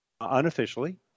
Unofficially